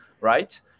right